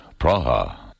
Praha